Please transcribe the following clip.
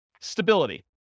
Stability